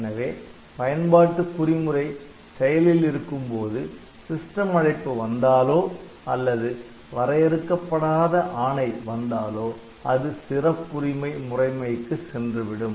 எனவே பயன்பாட்டு குறிமுறை செயலில் இருக்கும்போது சிஸ்டம் அழைப்பு வந்தாலோ அல்லது வரையறுக்கப்படாத ஆணை வந்தாலோ அது சிறப்புரிமை முறைமைக்கு சென்றுவிடும்